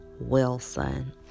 Wilson